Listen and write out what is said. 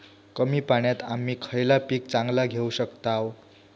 कमी पाण्यात आम्ही खयला पीक चांगला घेव शकताव?